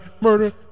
Murder